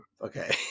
Okay